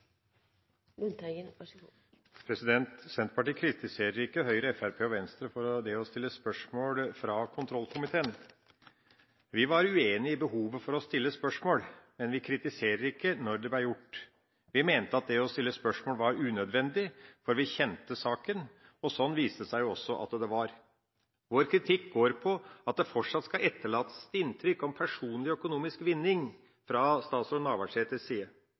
gevinst, og så er det ikke kontroversielt? Flertallet i denne sal mener at det er kontroversielt, og vi mener det var lite skjønnsomt av statsråd Solhjell. Senterpartiet kritiserer ikke Høyre, Fremskrittspartiet og Venstre for det å stille spørsmål fra kontrollkomiteen. Vi var uenige i behovet for å stille spørsmål, men vi kritiserte ikke når det ble gjort. Vi mente at det å stille spørsmål var unødvendig, for vi kjente saken, og sånn viste det seg også at det var. Vår kritikk går på at det fortsatt skal